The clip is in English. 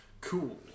Cool